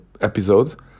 episode